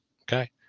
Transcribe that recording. Okay